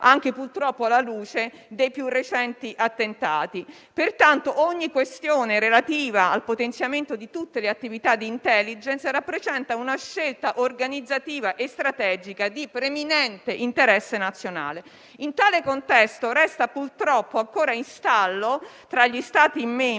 anche purtroppo alla luce dei più recenti attentati. Pertanto, ogni questione relativa al potenziamento di tutte le attività di *intelligence* rappresenta una scelta organizzativa e strategica di preminente interesse nazionale. In tale contesto resta purtroppo ancora in stallo, tra gli Stati membri,